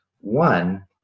One